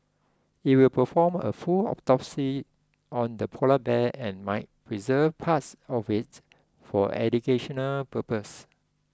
it will perform a full autopsy on the polar bear and might preserve parts of it for educational purposes